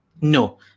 No